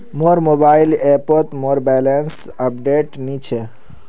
मोर मोबाइल ऐपोत मोर बैलेंस अपडेट नि छे